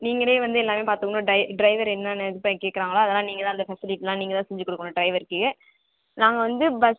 நீங்களே வந்து எல்லாமே பார்த்துக்குணும் டை டிரைவர் என்னென்ன இது பண்ணி கேட்குறாங்களோ அதெலாம் நீங்கள்தான் அந்த ஃபெசிலிட்டில்லாம் நீங்கள்தான் செஞ்சு கொடுக்குணும் டிரைவருக்கு நாங்கள் வந்து பஸ்